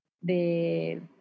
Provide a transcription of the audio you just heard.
de